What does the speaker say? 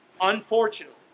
unfortunately